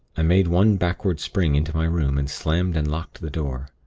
i made one backward spring into my room, and slammed and locked the door.